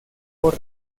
por